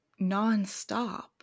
nonstop